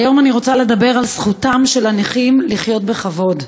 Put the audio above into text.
היום אני רוצה לדבר על זכותם של הנכים לחיות בכבוד.